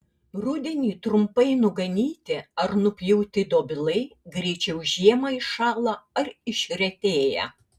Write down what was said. rudenį trumpai nuganyti ar nupjauti dobilai greičiau žiemą iššąla ar išretėja